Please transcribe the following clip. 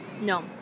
No